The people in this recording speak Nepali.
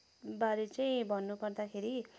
बारे चाहिँ भन्नुपर्दाखेरि